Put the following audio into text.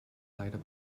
glider